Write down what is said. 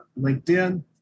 LinkedIn